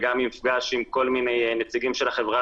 וגם מפגש עם כל מיני נציגים של החברה